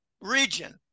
region